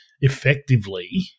effectively